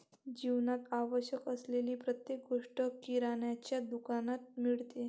जीवनात आवश्यक असलेली प्रत्येक गोष्ट किराण्याच्या दुकानात मिळते